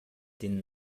den